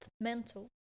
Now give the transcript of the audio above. mental